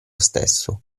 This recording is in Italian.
stesso